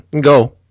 Go